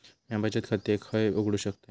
म्या बचत खाते खय उघडू शकतय?